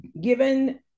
given